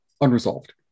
unresolved